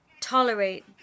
tolerate